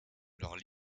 leurs